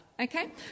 okay